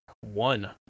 One